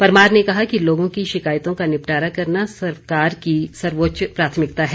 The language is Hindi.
परमार ने कहा कि लोगों की शिकायतों का निपटारा करना सरकार की सर्वोच्च प्राथमिकता है